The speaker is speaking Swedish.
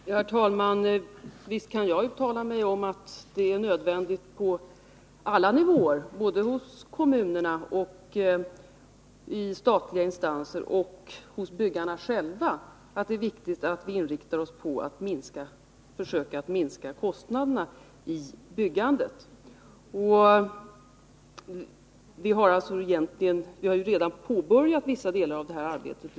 Herr talman! Visst kan jag uttala mig om att det på alla nivåer — både hos kommunerna, hos statliga instanser och hos byggarna själva — är viktigt att vi inriktar oss på att försöka minska kostnaderna i byggandet. Vi har ju redan påbörjat vissa delar av detta arbete.